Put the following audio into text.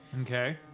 Okay